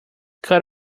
cut